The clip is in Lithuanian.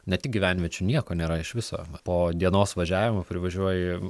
ne tik gyvenviečių nieko nėra iš viso po dienos važiavimo privažiuoji